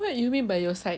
what you mean by your side